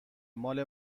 مال